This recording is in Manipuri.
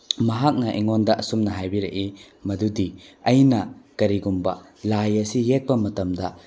ꯃꯍꯥꯛꯅ ꯑꯩꯉꯣꯟꯗ ꯑꯁꯨꯝꯅ ꯍꯥꯏꯕꯤꯔꯛꯏ ꯃꯗꯨꯗꯤ ꯑꯩꯅ ꯀꯔꯤꯒꯨꯝꯕ ꯂꯥꯏ ꯑꯁꯤ ꯌꯦꯛꯄ ꯃꯇꯝꯗ